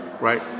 right